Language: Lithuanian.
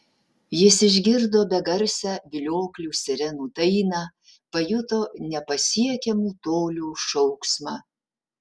jis išgirdo begarsę vilioklių sirenų dainą pajuto nepasiekiamų tolių šauksmą